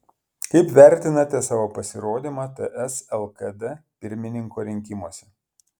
kaip vertinate savo pasirodymą ts lkd pirmininko rinkimuose